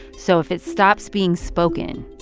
so if it stops being spoken,